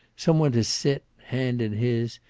some one to sit, hand in his,